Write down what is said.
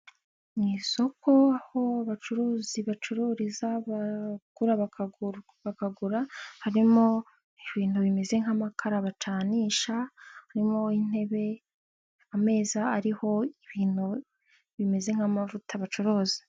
Mu isoko aho abacuruzi bacururiza abagura bakagura, harimo ibintu bimeze nk'amakara bacanisha harimo intebe, ameza ariho ibintu bimeze nk'amavuta bacuruza.